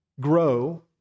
grow